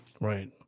Right